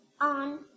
on